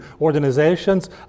organizations